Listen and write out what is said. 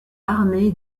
armé